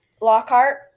Lockhart